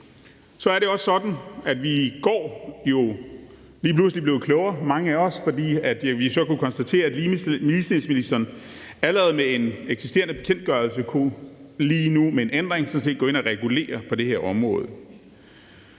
så er det sådan, at vi, mange af os, i går jo lige pludselig blev klogere, fordi vi kunne konstatere, at ligestillingsministeren allerede med en ændring i den eksisterende bekendtgørelse sådan set kunne gå ind og regulere på det her område.